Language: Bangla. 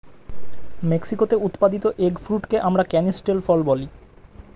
মেক্সিকোতে উৎপাদিত এগ ফ্রুটকে আমরা ক্যানিস্টেল ফল বলি